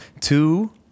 two